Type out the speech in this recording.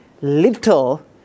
little